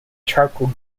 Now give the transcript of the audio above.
charcoal